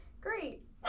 Great